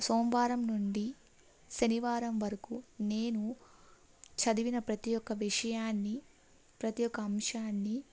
సోమవారం నుండి శనివారం వరకు నేను చదివిన ప్రతి ఒక్క విషయాన్ని ప్రతి ఒక్క అంశాన్ని